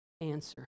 answer